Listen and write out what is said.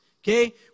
okay